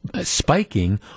spiking